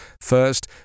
First